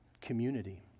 community